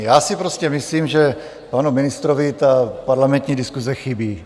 Já si prostě myslím, že panu ministrovi ta parlamentní diskuze chybí.